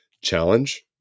challenge